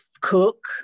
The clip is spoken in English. cook